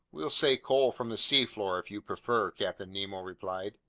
we'll say coal from the seafloor, if you prefer, captain nemo replied.